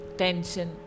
tension